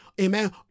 amen